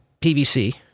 PVC